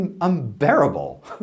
unbearable